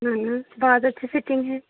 हाँ बहुत अच्छी सिटींग है